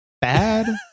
bad